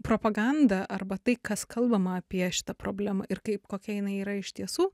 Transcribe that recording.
propaganda arba tai kas kalbama apie šitą problemą ir kaip kokia jinai yra iš tiesų